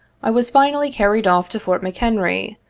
i was finally carried off to fort mchenry,